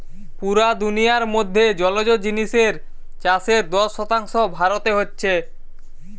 পুরা দুনিয়ার মধ্যে জলজ জিনিসের চাষের দশ শতাংশ ভারতে হচ্ছে